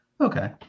okay